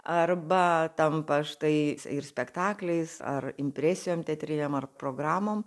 arba tampa štai ir spektakliais ar impresijom keterinėm ar programom